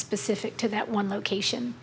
specific to that one location